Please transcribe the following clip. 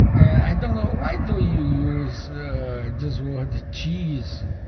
i don't know why do you use this word cheese?